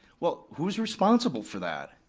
well, who's responsible for that?